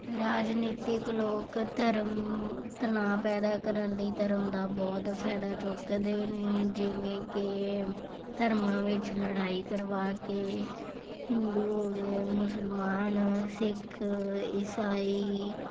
ਰਾਜਨੀਤਿਕ ਲੋਕ ਧਰਮ ਤਣਾਅ ਪੈਦਾ ਕਰਨ ਲਈ ਧਰਮ ਦਾ ਬਹੁਤ ਫ਼ਾਇਦਾ ਚੁੱਕਦੇ ਨੇ ਜਿਵੇਂ ਕਿ ਧਰਮਾਂ ਵਿੱਚ ਲੜਾਈ ਕਰਵਾ ਕੇ ਹਿੰਦੂ ਹੋ ਗਏ ਮੁਸਲਮਾਨ ਸਿੱਖ ਇਸਾਈ